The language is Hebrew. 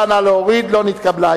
פלסנר וקבוצת סיעת חד"ש לסעיף 2 לא נתקבלה.